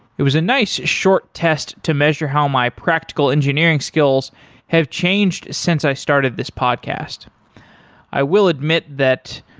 it was a nice short test to measure how my practical engineering skills have changed since i started this podcast i will admit that,